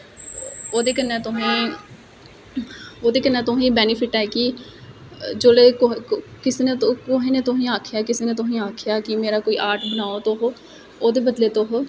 ओहदे कन्नै तुसेंगी ओहदे कन्नै तुसेंगी बेनीफिट है कि जिसलै कुसे ने तुसेंगी आखेआ कि कुसे ने तुसेंगी आखेआ कि मेरा कोई आर्ट बनाओ तुस ओहदे बदले तुस